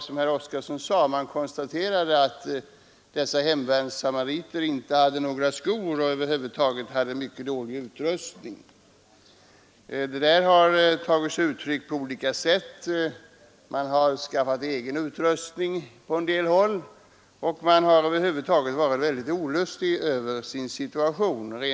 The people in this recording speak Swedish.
Som herr Oskarson sade, konstaterades ju att dessa hemvärnssamariter inte hade några skor och över huvud taget hade en mycket dålig och olämplig utrustning. Reaktionen över detta har tagit sig olika uttryck. Man har skaffat egen utrustning på en del håll, och man har över huvud taget varit väldigt olustig över sin situation.